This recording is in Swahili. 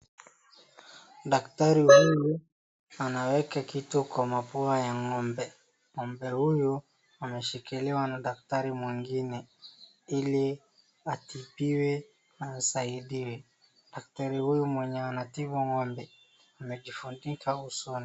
Daktari anaweka kitu kwa mapua ya ngombe. Ngombe huyu ameshikiliwa na daktari mwingine ili atibiwe na asaidiwe. Daktari huyu mwenye anatibu ngombe amejifundika usoni.